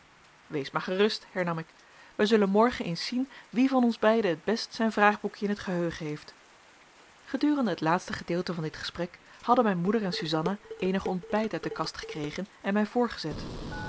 wees maar gerust hernam ik wij zullen morgen eens zien wie van ons beiden het best zijn vraagboekje in t geheugen heeft gedurende het laatste gedeelte van dit gesprek hadden mijn moeder en suzanna eenig ontbijt uit de kast gekregen en mij voorgezet